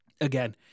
Again